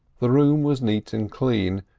the room was neat and clean,